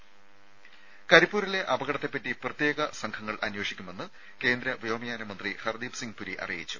രുമ കരിപ്പൂരിലെ അപകടത്തെപ്പറ്റി പ്രത്യേക സംഘങ്ങൾ അന്വേഷിക്കുമെന്ന് കേന്ദ്ര വ്യോമയാന മന്ത്രി ഹർദീപ് സിംഗ് പുരി അറിയിച്ചു